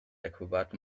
acrobat